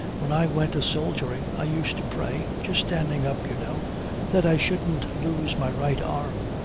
when i went a soldiering i used to pray just standing up, you know that i shouldn't lose my right arm,